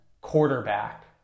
quarterback